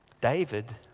David